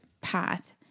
path